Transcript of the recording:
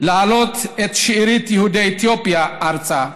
להעלות את שארית יהודי אתיופיה ארצה.